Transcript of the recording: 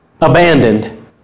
Abandoned